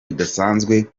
bidasanzwe